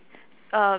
uh